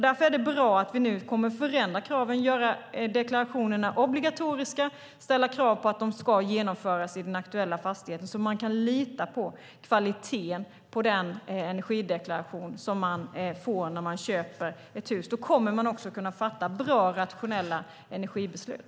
Därför är det bra att vi nu kommer att förändra kraven och göra deklarationerna obligatoriska och ställa krav på att de ska genomföras i den aktuella fastigheten så att man kan lita på kvaliteten på den energideklaration man får när man köper ett hus. Då kommer man att kunna fatta bra och rationella energibeslut.